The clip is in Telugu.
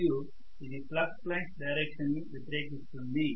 మరియు ఇది ఫ్లక్స్ లైన్స్ డైరెక్షన్ ని వ్యతిరేకిస్తుంది